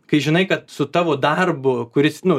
kai žinai kad su tavo darbu kuris nu